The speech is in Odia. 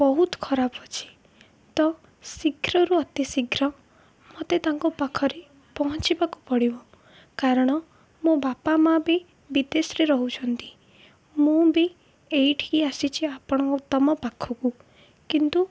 ବହୁତ ଖରାପ ଅଛି ତ ଶୀଘ୍ରରୁ ଅତି ଶୀଘ୍ର ମୋତେ ତାଙ୍କ ପାଖରେ ପହଞ୍ଚିବାକୁ ପଡ଼ିବ କାରଣ ମୋ ବାପା ମାଆ ବି ବିଦେଶରେ ରହୁଛନ୍ତି ମୁଁ ବି ଏଇଠିକି ଆସିଛିି ଆପଣଙ୍କ ତମ ପାଖକୁ କିନ୍ତୁ